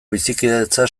bizikidetza